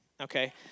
okay